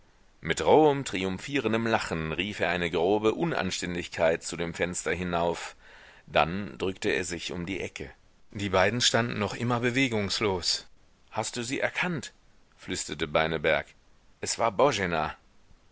mit rohem triumphierendem lachen rief er eine grobe unanständigkeit zu dem fenster hinauf dann drückte er sich um die ecke die beiden standen noch immer bewegungslos hast du sie erkannt flüsterte beineberg es war